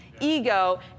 ego